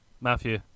Matthew